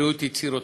יקראו את יצירותי.